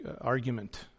argument